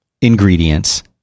ingredients